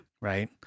Right